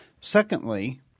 Secondly